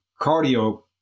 cardio